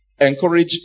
encourage